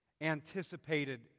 anticipated